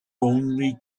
only